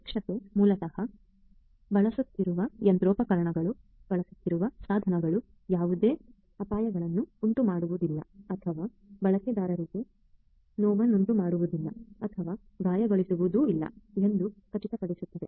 ಸುರಕ್ಷತೆ ಮೂಲತಃ ಬಳಸುತ್ತಿರುವ ಯಂತ್ರೋಪಕರಣಗಳು ಬಳಸುತ್ತಿರುವ ಸಾಧನಗಳು ಯಾವುದೇ ಅಪಾಯಗಳನ್ನುಂಟುಮಾಡುವುದಿಲ್ಲ ಅಥವಾ ಬಳಕೆದಾರರಿಗೆ ನೋವನ್ನುಂಟುಮಾಡುವುದಿಲ್ಲ ಅಥವಾ ಗಾಯಗೊಳಿಸುವುದಿಲ್ಲ ಎಂದು ಖಚಿತಪಡಿಸುತ್ತದೆ